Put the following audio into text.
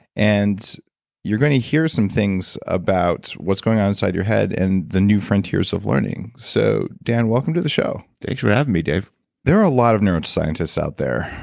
and you're gonna hear some things about what's going on inside your head and the new frontiers of learning. so, dan welcome to the show thanks for having me, dave there are a lot of neuroscientists out there.